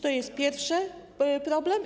To jest pierwszy problem.